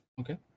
Okay